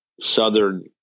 southern